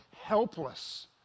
helpless